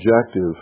objective